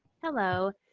hello.